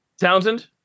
Townsend